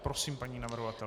Prosím paní navrhovatelku.